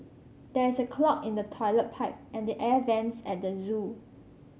there is a clog in the toilet pipe and the air vents at the zoo